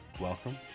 Welcome